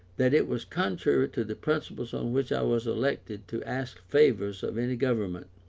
that it was contrary to the principles on which i was elected to ask favours of any government.